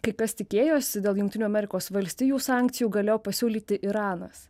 kai kas tikėjosi dėl jungtinių amerikos valstijų sankcijų galėjo pasiūlyti iranas